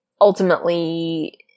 ultimately